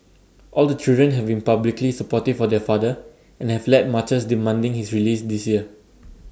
all the children have been publicly supportive of their father and have led marches demanding his release this year